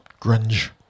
grunge